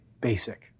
basic